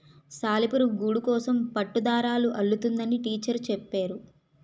సాలిపురుగు గూడుకోసం పట్టుదారాలు అల్లుతుందని టీచరు చెప్పేరు